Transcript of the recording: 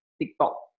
TikTok